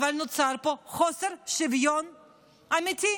אבל נוצר פה חוסר שוויון אמיתי,